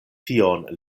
tion